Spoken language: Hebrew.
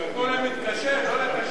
מתקשה, ולא קשה.